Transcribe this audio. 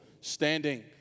standing